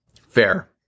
Fair